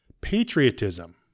Patriotism